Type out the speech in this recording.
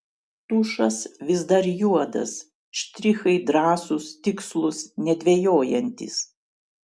tušas vis dar juodas štrichai drąsūs tikslūs nedvejojantys